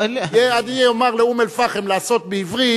אני אומר לאום-אל-פחם לעשות בעברית,